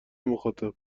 مخاطب